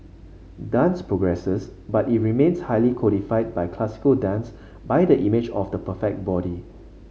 dance progresses but it remains highly codified by classical dance by the image of the perfect body